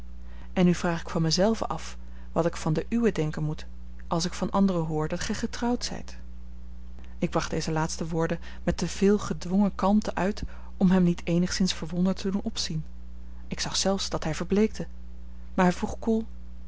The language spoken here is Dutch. en nu vraag ik mij zelve af wat ik van de uwe denken moet als ik van anderen hoor dat gij getrouwd zijt ik bracht deze laatste woorden met te veel gedwongen kalmte uit om hem niet eenigszins verwonderd te doen opzien ik zag zelfs dat hij verbleekte maar hij vroeg koel